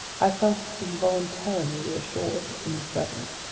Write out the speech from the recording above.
i felt involuntarily reassured in his presence,